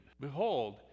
Behold